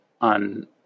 on